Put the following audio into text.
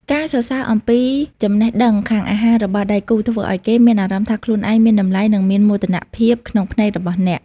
ការសរសើរអំពីចំណេះដឹងខាងអាហាររបស់ដៃគូ ធ្វើឱ្យគេមានអារម្មណ៍ថាខ្លួនឯងមានតម្លៃ និងមានមោទនភាពក្នុងភ្នែករបស់អ្នក។